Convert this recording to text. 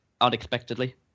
unexpectedly